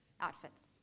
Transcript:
outfits